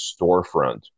storefront